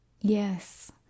Yes